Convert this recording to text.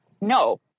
no